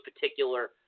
particular